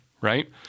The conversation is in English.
Right